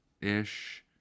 ish